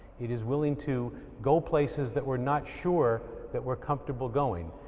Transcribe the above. it is willing to go places that we're not sure that we're comfortable going.